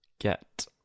get